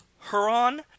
Huron